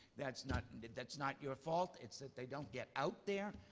that's not and that's not your fault. it's that they don't get out there.